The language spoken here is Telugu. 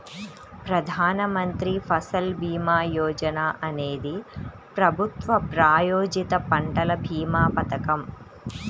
ప్రధాన్ మంత్రి ఫసల్ భీమా యోజన అనేది ప్రభుత్వ ప్రాయోజిత పంటల భీమా పథకం